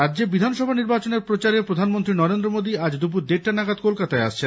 রাজ্যে বিধানসভা নির্বাচনের প্রচারে প্রধানমন্ত্রী নরেন্দ্র মোদি আজ দুপুর দেড়টা নাগাদ কলকাতায় আসছেন